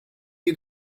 you